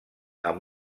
amb